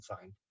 signed